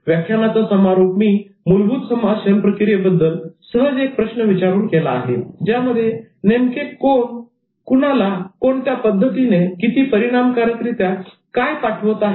व्याख्यानाचा समारोप मी मूलभूत संभाषण प्रक्रियेबद्दल सहज एक प्रश्न विचारून केला आहे ज्यामध्ये नेमके कोण कुणाला कोणत्या पद्धतीने किती परिणामकारकरित्या काय पाठवत आहे